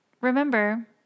remember